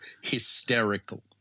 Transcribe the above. hysterical